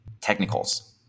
technicals